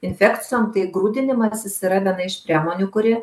infekcijom tai grūdinimasis yra viena iš priemonių kuri